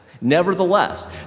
Nevertheless